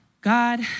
God